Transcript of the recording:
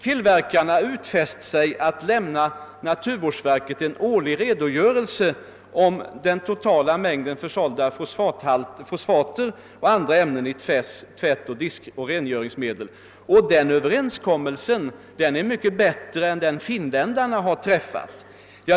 Tillverkarna har nu utfäst sig att lämna naturvårdsverket en årlig redogörelse över den totala mängden försålda fosfater och andra ämnen i tvätt-, diskoch rengöringsmedel. Den överenskommelsen är mycket bättre än den finländarna har träffat. Herr talman!